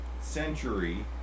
century